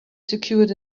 secured